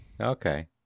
okay